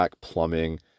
plumbing